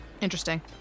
Interesting